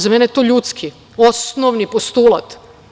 Za mene je to ljudski, osnovni postulat.